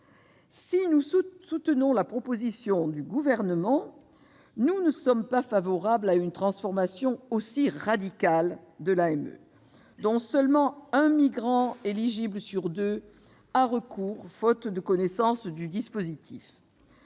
Si nous soutenons la proposition du Gouvernement, nous ne sommes pas favorables à une transformation aussi radicale de l'AME ; seulement un migrant éligible sur deux y a recours, faute de connaissance du dispositif.